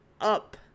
up